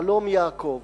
חלום יעקב,